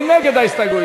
מי נגד ההסתייגויות?